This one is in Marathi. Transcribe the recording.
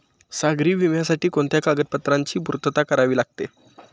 सागरी विम्यासाठी कोणत्या कागदपत्रांची पूर्तता करावी लागते?